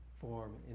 form